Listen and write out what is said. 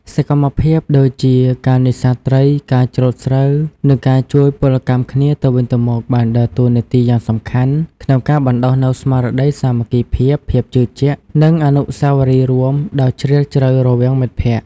សកម្មភាពដូចជាការនេសាទត្រី ការច្រូតស្រូវ និងការជួយពលកម្មគ្នាទៅវិញទៅមកបានដើរតួនាទីយ៉ាងសំខាន់ក្នុងការបណ្តុះនូវស្មារតីសាមគ្គីភាព ភាពជឿជាក់ និងអនុស្សាវរីយ៍រួមដ៏ជ្រាលជ្រៅរវាងមិត្តភក្តិ។